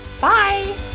Bye